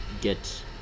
get